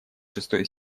шестой